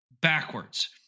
backwards